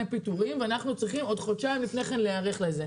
פיטורים ואנחנו צריכים עוד חודשיים לפני כן להיערך לזה.